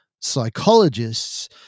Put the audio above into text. psychologists